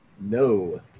No